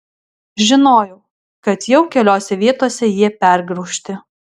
žinojau kad jau keliose vietose jie pergraužti